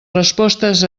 respostes